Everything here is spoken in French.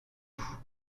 vous